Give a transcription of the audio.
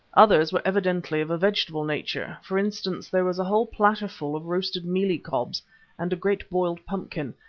others were evidently of a vegetable nature. for instance, there was a whole platter full of roasted mealie cobs and a great boiled pumpkin,